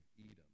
Edom